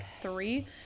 three